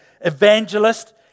evangelist